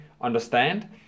understand